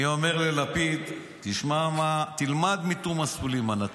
אני אומר ללפיד: תשמע, תלמד מתומא סלימאן.